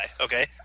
okay